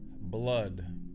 blood